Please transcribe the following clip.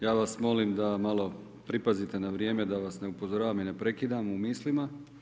Ja vas molim da malo pripazite na vrijeme, da vas ne upozoravam i ne prekidam u mislima.